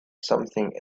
something